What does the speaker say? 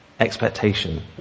expectation